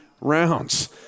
rounds